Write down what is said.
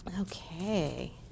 Okay